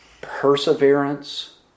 Perseverance